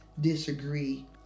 disagree